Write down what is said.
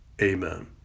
amen